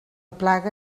plaga